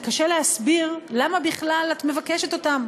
זה קשה להסביר למה בכלל את מבקשת אותם.